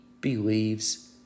believes